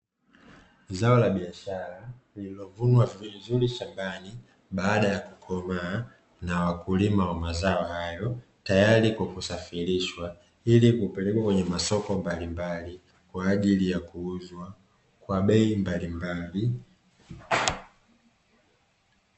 Zao la biashara lililovunwa vizuri shambani baada ya kukomaa, na wakulima wa mazao hayo, tayari kwa kusafirishwa ili kupelekwa kwenye masoko mbalimbali, kwa ajili ya kuuzwa kwa bei mbalimbali.